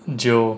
geo